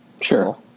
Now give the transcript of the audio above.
Sure